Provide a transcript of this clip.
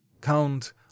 count